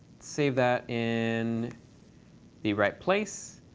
save that in the right place.